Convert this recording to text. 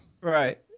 Right